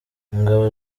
ingabo